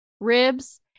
ribs